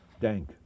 dank